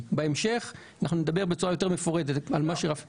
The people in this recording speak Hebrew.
בהמשך אנחנו נדבר בצורה יותר מפורטת על מה שרפי מדבר עכשיו.